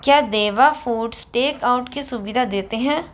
क्या Deva foods takeout की सुविधा देते हैं